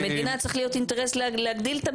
למדינה צריך להיות אינטרס להגדיל את,